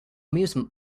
amusement